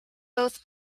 both